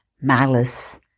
malice